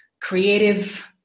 creative